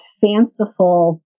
fanciful